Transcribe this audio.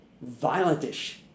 violent-ish